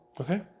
Okay